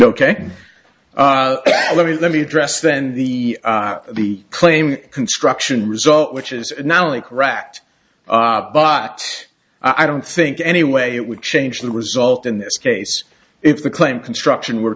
ok let me let me address then the the claim construction result which is not only correct but i don't think any way it would change the result in this case if the claim construction were